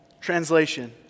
Translation